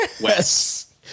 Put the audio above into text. Wes